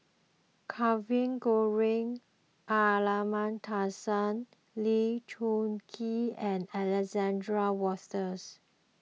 Kavignareru Amallathasan Lee Choon Kee and Alexander Wolters